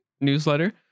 newsletter